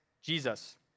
Jesus